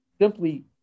simply